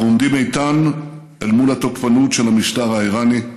אנחנו עומדים איתן אל מול התוקפנות של המשטר האיראני.